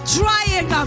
trying